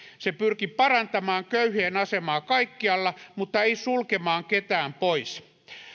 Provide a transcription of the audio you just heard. se pyrki parantamaan köyhien asemaa kaikkialla mutta ei sulkemaan ketään pois